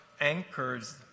anchors